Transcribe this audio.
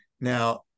Now